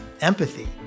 empathy